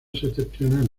septentrional